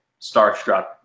starstruck